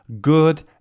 good